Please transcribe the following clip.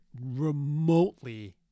remotely